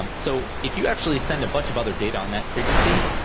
um so if you actually send a bunch of other data on that frequency,